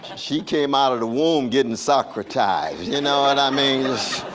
she came out of the womb getting socratized, you know what i mean?